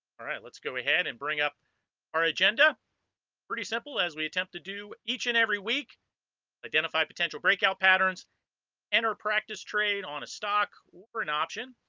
alright let's go ahead and bring up our agenda pretty simple as we attempt to do each and every week identify potential breakout patterns and our practice trade on a stock or an option